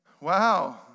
Wow